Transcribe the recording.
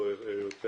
אין נמנעים,